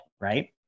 Right